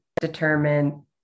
determine